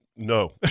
No